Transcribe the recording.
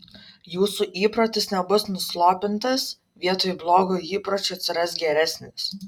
jūsų įprotis nebus nuslopintas vietoj blogo įpročio atsiras geresnis